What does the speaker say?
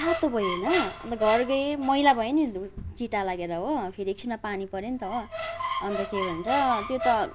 तातो भयो होइन अन्त घर गएँ मैला भयो नि छिटा लागेर हो फेरि एकछिनमा पानी पऱ्यो नि त हो अन्त के भन्छ त्यो त